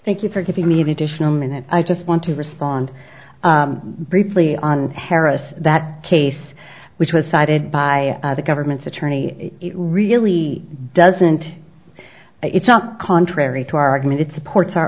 thank you for giving me the additional minute i just want to respond briefly on harris that case which was cited by the government's attorney really doesn't it's not contrary to our argument it supports our